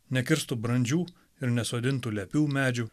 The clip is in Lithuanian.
nekirstų brandžių ir nesodintų lepių medžių